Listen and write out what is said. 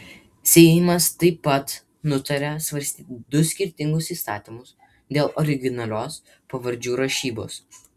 seimas taip pat nutarė svarstyti du skirtingus įstatymus dėl originalios pavardžių rašybos